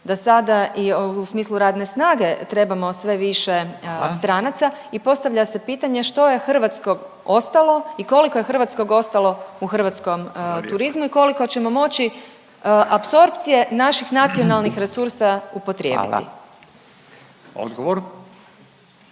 da sada i u smislu radne snage trebamo sve više stranaca … …/Upadica Radin: Hvala./… … i postavlja se pitanje što je hrvatskog ostalo i koliko je hrvatskog ostalo u hrvatskom turizmu i koliko ćemo moći apsorpcije naših nacionalnih resursa upotrijebiti? **Radin,